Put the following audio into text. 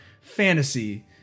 fantasy